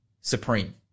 supreme